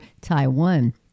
Taiwan